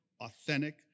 authentic